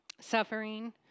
Suffering